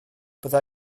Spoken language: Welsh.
bydda